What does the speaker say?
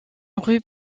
rue